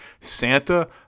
Santa